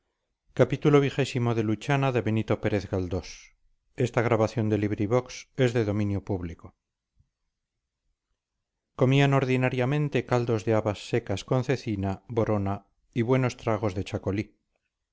comían ordinariamente caldos de habas secas con cecina borona y buenos tragos de chacolí